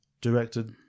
directed